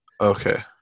Okay